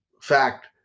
fact